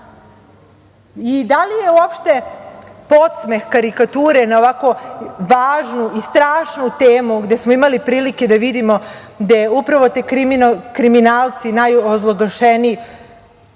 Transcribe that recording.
Da li je uopšte podsmeh karikature na ovako važnu i strašnu temu gde smo imali prilike da vidimo gde upravo ti kriminalci, najozloglašeniji,